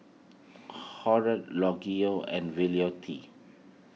Harold Rogelio and Violette